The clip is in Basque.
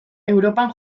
europan